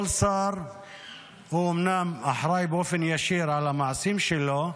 כל שר אומנם אחראי באופן ישיר על המעשים שלו,